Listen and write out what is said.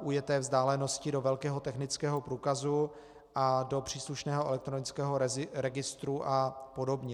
ujeté vzdálenosti do velkého technického průkazu a do příslušného elektronického registru apod.